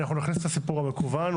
נכניס את העניין המקוון.